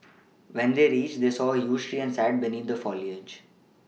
when they reached they saw a huge tree and sat beneath the foliage